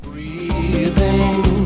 Breathing